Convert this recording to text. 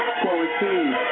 quarantine